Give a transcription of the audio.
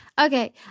Okay